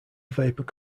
vapour